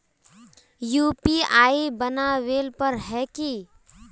UPI बनावेल पर है की?